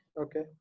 Okay